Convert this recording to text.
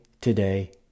today